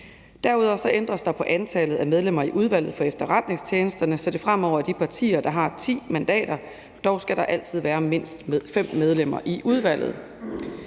Derudover ændres der på antallet af medlemmer i Udvalget vedrørende Efterretningstjenesterne, så det fremover er de partier, der har 10 mandater, dog skal der altid være mindst 5 medlemmer i udvalget.